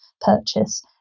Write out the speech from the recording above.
purchase